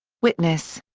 witness.